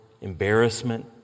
embarrassment